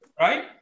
Right